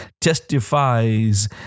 testifies